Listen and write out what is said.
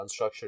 unstructured